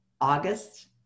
August